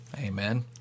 Amen